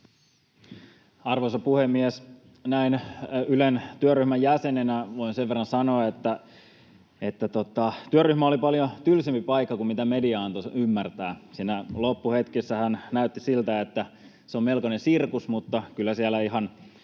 Arvoisa puhemies! Näin Ylen työryhmän jäsenenä voin sen verran sanoa, että työryhmä oli paljon tylsempi paikka kuin mitä media antoi ymmärtää. Siinä loppuhetkissähän näytti siltä, että se on melkoinen sirkus, mutta kyllä siellä ihan